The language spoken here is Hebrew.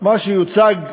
מה שיוצג לכם,